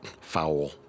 foul